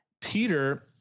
Peter